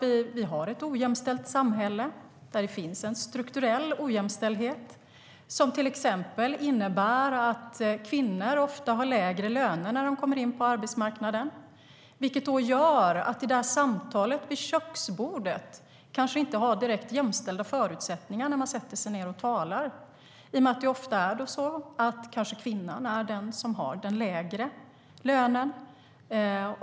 Vi har ett ojämställt samhälle där det finns en strukturell ojämställdhet som till exempel innebär att kvinnor ofta har lägre löner när de kommer in på arbetsmarknaden. Det gör att de i samtalet vid köksbordet kanske inte har direkt jämställda förutsättningar när de sätter sig ned och talar. Det är kanske ofta så att kvinnan är den som har den lägre lönen.